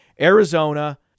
Arizona